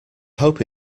hope